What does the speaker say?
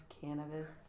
cannabis